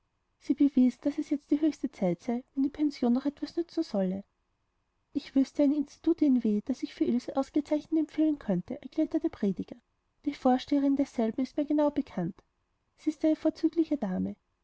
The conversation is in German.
sie bewiesen daß jetzt die höchste zeit sei wenn die pension noch etwas nützen solle ich wüßte ein institut in w das ich für ilse ausgezeichnet empfehlen könnte erklärte der prediger die vorsteherin desselben ist mir genau bekannt sie ist eine vorzügliche dame